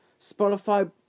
Spotify